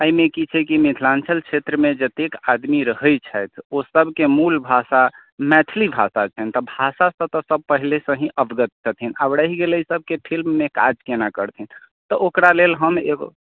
एहिमे की छै कि मिथिलाञ्चल छेत्रमे जतेक आदमी रहैत छथि ओ सभकेँ मूल भाषा मैथिली भाषा छनि तऽ भाषासँ तऽ सभ पहिलेसँ ही अवगत छथिन आब रहि गेलै सभकेँ फिल्ममे काज केना करथिन तऽ ओकरा लेल हम एगो